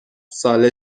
ساله